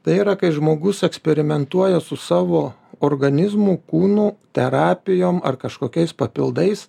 tai yra kai žmogus eksperimentuoja su savo organizmu kūnu terapijom ar kažkokiais papildais